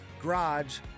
garage